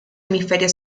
hemisferio